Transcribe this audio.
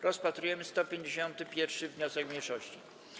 Rozpatrujemy 157. wniosek mniejszości.